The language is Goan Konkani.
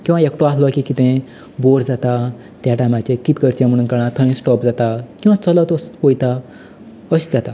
किंवा एकटो आसलो की कितेंय बोर जाता त्या टायमाचेर कित करचें म्हणून कळना थंयच स्टोप जाता किंवा चलत वस वयता अशें जाता